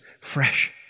fresh